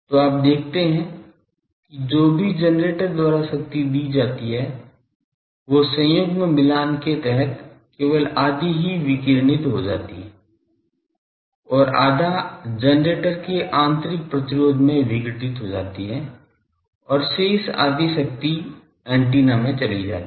तो आप देखते हैं कि जो भी जनरेटर द्वारा शक्ति दी जाती है वो संयुग्म मिलान के तहत केवल आधी ही विकिरणित हो सकती है और आधा जनरेटर के आंतरिक प्रतिरोध में विघटित हो जाती है और शेष आधी शक्ति एंटीना में चली जाती है